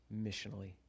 missionally